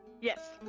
Yes